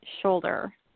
shoulder